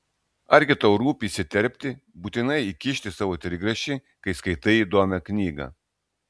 argi tau rūpi įsiterpti būtinai įkišti savo trigrašį kai skaitai įdomią knygą